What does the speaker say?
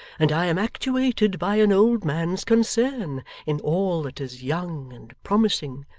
and i am actuated by an old man's concern in all that is young and promising.